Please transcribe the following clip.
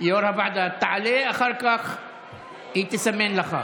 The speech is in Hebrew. יו"ר הוועדה, תעלה, אחר כך היא תסמן לך.